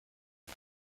کند